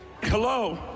Hello